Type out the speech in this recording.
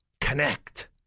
connect